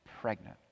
pregnant